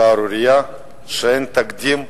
שערורייה שאין לה תקדים.